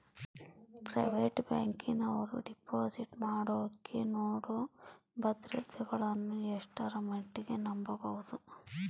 Private ಬ್ಯಾಂಕಿನವರು deposit ಮಾಡೋಕೆ ನೇಡೋ ಭದ್ರತೆಗಳನ್ನು ಎಷ್ಟರ ಮಟ್ಟಿಗೆ ನಂಬಬಹುದು?